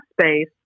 space